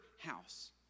house